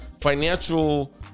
financial